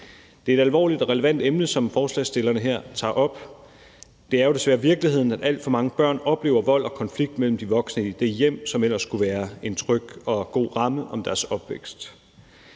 Det er et alvorligt og relevant emne, som forslagsstillerne her tager op. Det er jo desværre virkeligheden, at alt for mange børn oplever vold og konflikt mellem de voksne i det hjem, som ellers skulle være en tryg og god ramme om deres opvækst.